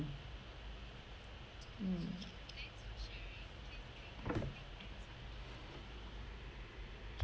mm